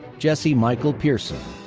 jesse michael pierson.